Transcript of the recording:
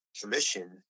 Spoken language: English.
commission